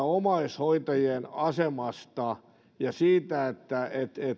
omaishoitajien asemasta ja siitä että